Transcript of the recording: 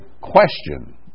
question